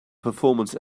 performance